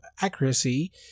accuracy